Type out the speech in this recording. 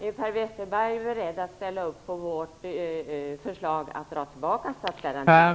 Är Per Westerberg beredd att ställa upp på vårt förslag att dra tillbaka statsgarantierna.